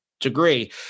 degree